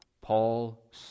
Paul